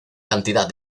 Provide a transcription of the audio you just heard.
cantidad